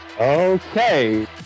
Okay